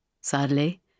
sadly